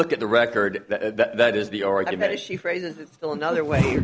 look at the record that is the argument is she phrases it still another way